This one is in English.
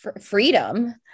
freedom